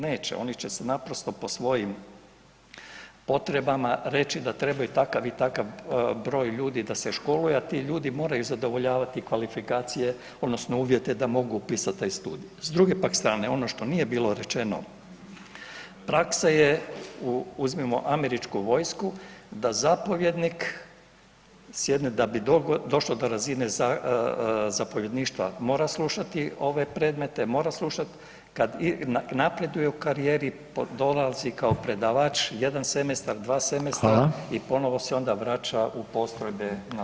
Neće, oni će se naprosto po svojim potrebama reći da trebaju takav i takav broj ljudi da se školuje, a ti ljudi moraju zadovoljavati kvalifikacije odnosno uvjete da mogu upisati taj studij, s druge pak strane ono što nije bilo rečeno, praksa je uzmimo američku vojsku, da bi zapovjednik došao do razine zapovjedništva, mora slušati ove predmete, mora slušat, kad napreduje u karijeri, dolazi kao predavač jedan semestar, dva semestra i ponovno se onda vraća u postrojbe na zapovjedna mjesta.